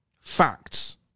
Facts